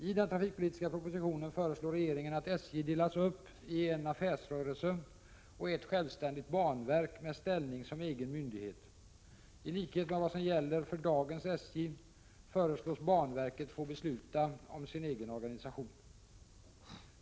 I den trafikpolitiska propositionen föreslår regeringen att SJ delas upp i en affärsrörelse och ett självständigt banverk med ställning som egen myndighet. I likhet med vad som gäller för dagens SJ föreslås banverket få besluta om sin egen organisation.